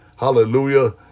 Hallelujah